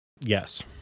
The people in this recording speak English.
Yes